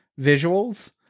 visuals